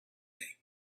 day